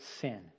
sin